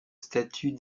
statut